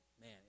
man